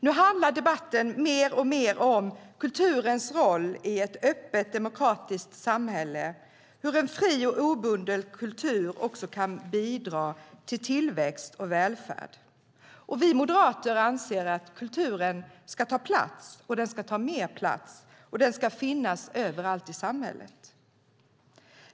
Nu handlar debatten alltmer om kulturens roll i ett öppet demokratiskt samhälle och hur en fri och obunden kultur kan bidra till tillväxt och välfärd. Vi moderater anser att kulturen ska ta plats, ta mer plats och finnas överallt i samhället.